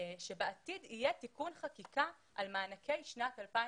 שבעתיד יהיה תיקון חקיקה על מענקי שנת 2021,